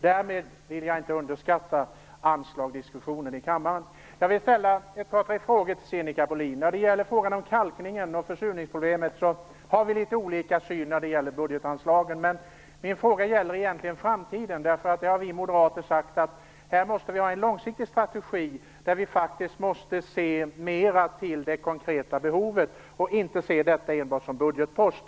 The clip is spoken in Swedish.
Därmed vill jag inte säga att jag underskattar anslagsdiskussionen i denna kammare. Jag har ett par tre frågor till Sinikka Bohlin. När det gäller kalkningen och försurningsproblemet har vi litet olika syn på budgetanslagen. Min första fråga gäller egentligen framtiden. Vi moderater har sagt att det behövs en långsiktig strategi. Vi måste faktiskt mera se till de konkreta behoven och inte enbart se detta som en budgetpost.